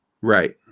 Right